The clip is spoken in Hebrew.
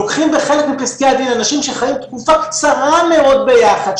לוקחים בחלק מפסקי הדין אנשים שחיים תקופה קצרה מאוד ביחד,